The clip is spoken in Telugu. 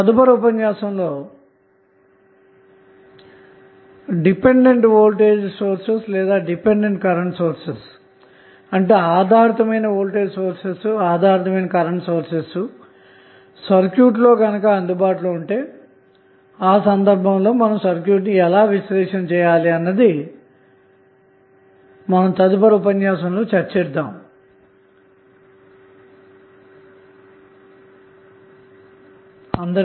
తదుపరి ఉపన్యాసం లో వివిధ డిపెండెంట్ వోల్టేజ్ లేదా డిపెండెంట్కరెంట్ సోర్స్లు సర్క్యూట్లో అందుబాటులోగల సందర్భంలో సర్క్యూట్ను ఎలా విశ్లేషించాలి అన్నది చర్చిద్దాము